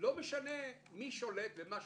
לא משנה מי שולט ומה שולט.